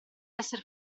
essere